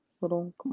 little